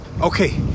Okay